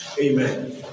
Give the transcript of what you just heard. Amen